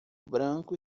branco